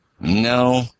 No